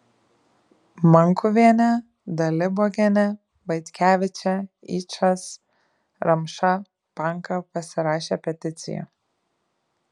mankuvienė dalibogienė vaitkevičė yčas ramša panka pasirašė peticiją